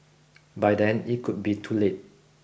by then it could be too late